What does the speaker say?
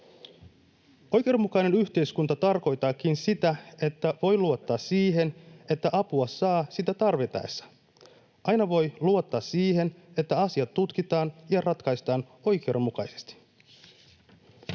Oikeudenmukainen yhteiskunta tarkoittaakin sitä, että voi luottaa siihen, että apua saa tarvittaessa ja että aina voi luottaa siihen, että asia tutkitaan ja ratkaistaan oikeudenmukaisesti.